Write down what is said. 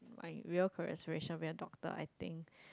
with all corporation we are doctor I think